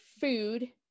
food